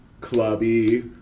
clubby